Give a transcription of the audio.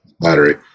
battery